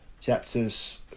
chapters